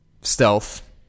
Stealth